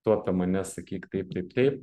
tu apie mane sakyk taip taip taip